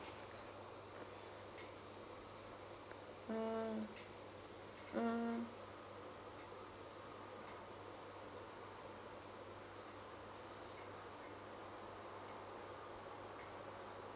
mm mm